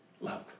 love